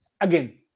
again